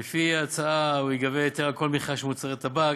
ולפי ההצעה ייגבה היטל על כל מכירה של מוצרי טבק,